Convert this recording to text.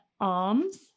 arms